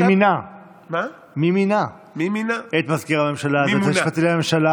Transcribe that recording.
מי מינה את מזכיר הממשלה ואת היועץ המשפטי לממשלה